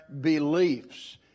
beliefs